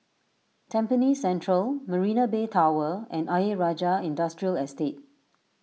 Tampines Central Marina Bay Tower and Ayer Rajah Industrial Estate